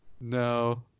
No